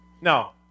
No